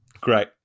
great